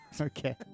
Okay